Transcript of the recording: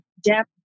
depth